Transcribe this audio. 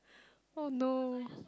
oh no